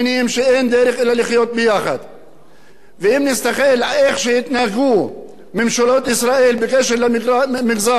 ואם נסתכל איך התנהגו ממשלות ישראל בקשר למגזר והאפליה והאי-שוויון,